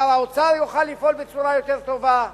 שר האוצר יוכל לפעול בצורה יותר טובה,